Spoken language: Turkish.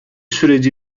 süreci